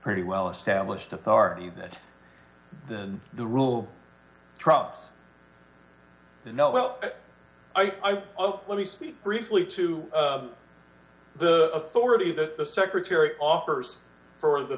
pretty well established authority that the rule trumps no well i let me speak briefly to the authority that the secretary offers for the